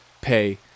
pay